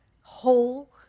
whole